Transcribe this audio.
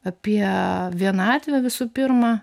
apie vienatvę visų pirma